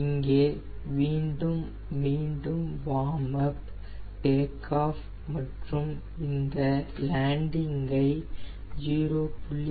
இங்கே மீண்டும் warm up take off மற்றும் இந்த லேண்டிங்கை 0